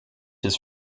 his